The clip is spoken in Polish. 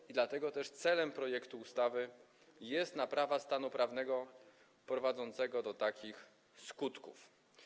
I dlatego też celem projektu ustawy jest naprawa stanu prawnego prowadzącego do takich skutków.